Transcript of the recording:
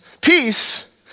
peace